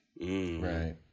Right